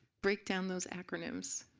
break down those acronyms.